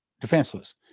defenseless